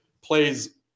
plays